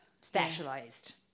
specialized